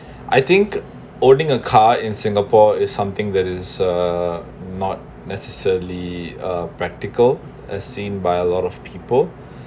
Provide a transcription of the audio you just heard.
I think owning a car in singapore is something that is uh not necessary uh practical as seen by a lot of people